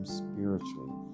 spiritually